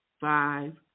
five